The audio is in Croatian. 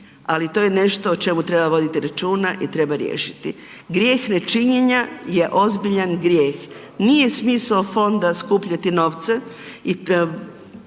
ali to je nešto o čemu treba voditi računa i treba riješiti. Grijeh nečinjenja je ozbiljan grijeh. Nije smisao fonda skupljati novce i